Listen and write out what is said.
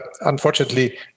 unfortunately